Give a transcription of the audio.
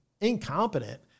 incompetent